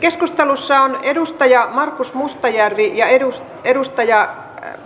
keskustelussa on edustaja markus mustajärvi ja edusti edustaja